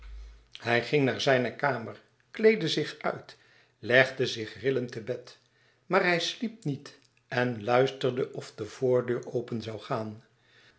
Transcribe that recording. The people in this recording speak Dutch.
hij ging naar zijne kamer kleedde zich uit legde zich rillend te bed maar hij sliep niet en luisterde of de voordeur open zoû gaan